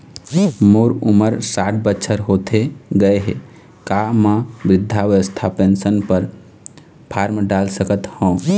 मोर उमर साठ बछर होथे गए हे का म वृद्धावस्था पेंशन पर फार्म डाल सकत हंव?